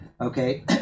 okay